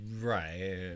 Right